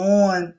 on